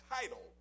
title